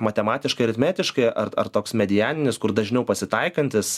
matematiškai aritmetiškai ar ar toks medianinis kur dažniau pasitaikantis